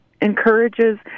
encourages